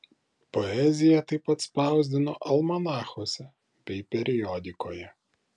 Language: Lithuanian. poeziją taip pat spausdino almanachuose bei periodikoje